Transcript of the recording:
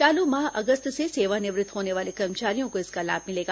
चालू माह अगस्त से सेवानिवृत्त होने वाले कर्मचारियों को इसका लाभ मिलेगा